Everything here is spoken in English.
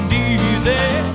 easy